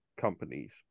companies